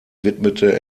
widmete